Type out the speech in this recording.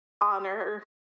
honor